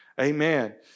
Amen